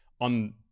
on